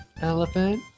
elephant